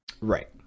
Right